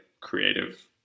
creative